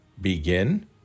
Begin